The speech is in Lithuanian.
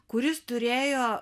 kuris turėjo